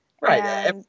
Right